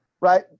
right